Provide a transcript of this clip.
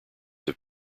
have